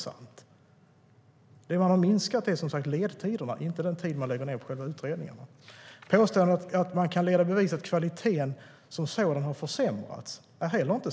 Det som man har minskat är ledtiderna, inte den tid som man lägger ned på utredningarna. Påståendet att det går att leda i bevis att kvaliteten som sådan har försämrats är inte sant.